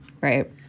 right